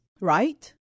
right